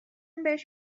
بهش